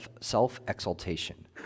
self-exaltation